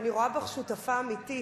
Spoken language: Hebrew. אני רואה בך שותפה אמיתית,